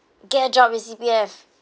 get a job with C_P_F